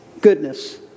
Goodness